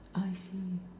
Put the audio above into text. I see